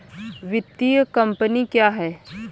वित्तीय कम्पनी क्या है?